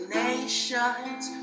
nations